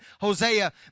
Hosea